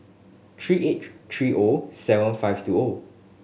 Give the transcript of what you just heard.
three eight three O seven five two O